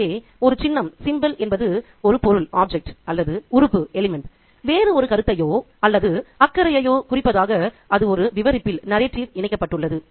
எனவே ஒரு சின்னம் என்பது ஒரு பொருள் அல்லது உறுப்பு வேறு ஒரு கருத்தையோ அல்லது அக்கறையையோ குறிப்பதற்காக அது ஒரு விவரிப்பில் இணைக்கப்பட்டுள்ளது